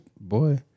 Boy